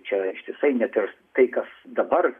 čia ištisai net ir tai kas dabar